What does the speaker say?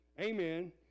Amen